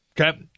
Okay